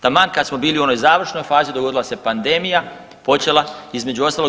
Taman kad smo bili u onoj završnoj fazi dogodila se pandemija, počela između ostalog.